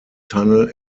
tunnel